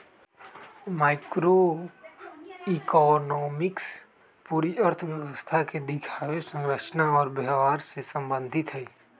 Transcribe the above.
macroeconomics पूरी अर्थव्यवस्था के दिखावे, संरचना और व्यवहार से संबंधित हई